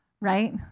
right